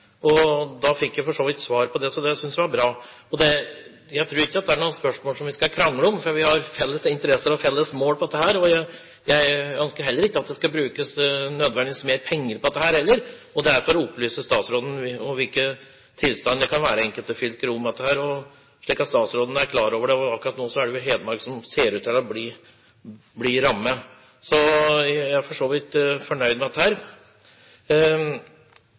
Da fikk jeg for så vidt svar på det, så det syntes jeg var bra. Jeg tror ikke dette er noe spørsmål som vi skal krangle om, for vi har felles interesser og felles mål på dette. Jeg ønsker heller ikke at det nødvendigvis skal brukes penger på dette. Det er for å opplyse statsråden om hvilken tilstand det kan være i enkelte fylker når det gjelder dette, slik at statsråden er klar over det. Akkurat nå er det jo Hedmark som ser ut til å bli rammet. Så jeg er for så vidt fornøyd med